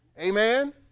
Amen